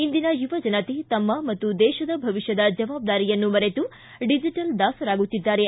ಇಂದಿನ ಯುವ ಜನತೆ ತಮ್ಮ ಮತ್ತು ದೇಶದ ಭವಿಷ್ಠದ ಜವಾಬ್ದಾರಿಯನ್ನು ಮರೆತು ಡಿಜೆಟಲ್ ದಾಸರಾಗುತ್ತಿದ್ದಾರೆ